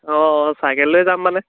অঁ অঁ চাইকেল লৈ যাম মানে